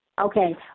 Okay